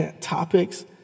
topics